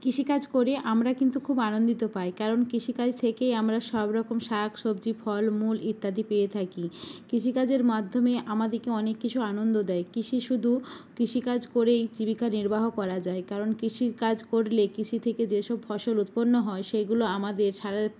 কৃষিকাজ করে আমরা কিন্তু খুব আনন্দিত পাই কারণ কৃষিকাজ থেকেই আমরা সব রকম শাক সবজি ফল মূল ইত্যাদি পেয়ে থাকি কৃষিকাজের মাধ্যমে আমাদেরকে অনেক কিছু আনন্দ দেয় কৃষি শুধু কৃষিকাজ করেই জীবিকা নির্বাহ করা যায় কারণ কৃষিকাজ করলে কৃষি থেকে যেসব ফসল উৎপন্ন হয় সেইগুলো আমাদের সারের